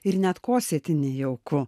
ir net kosėti nejauku